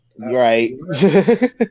Right